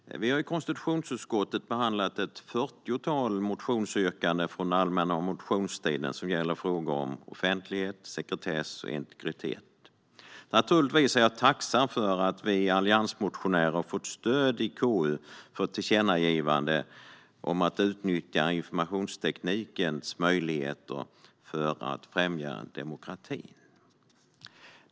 Herr talman! Vi har i konstitutionsutskottet behandlat ett fyrtiotal motionsyrkanden från den allmänna motionstiden som gäller frågor om offentlighet, sekretess och integritet. Naturligtvis är jag tacksam över att vi alliansmotionärer har fått stöd i KU för ett tillkännagivande om att man ska utnyttja informationsteknikens möjligheter för att främja demokratin.